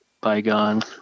bygone